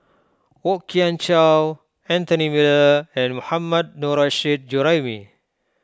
Kwok Kian Chow Anthony Miller and Mohammad Nurrasyid Juraimi